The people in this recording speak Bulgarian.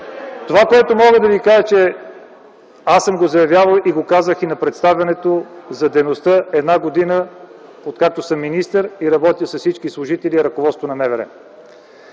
Това, което мога да ви кажа е, казвам го сега, но съм го казвал и на представянето на дейността, една година откакто съм министър и работя с всички служители и ръководството на МВР